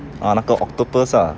ah 那个 octopus ah